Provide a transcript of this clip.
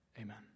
Amen